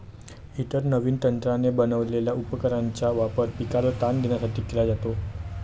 इतर नवीन तंत्राने बनवलेल्या उपकरणांचा वापर पिकाला ताण देण्यासाठी केला जातो